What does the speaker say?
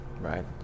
Right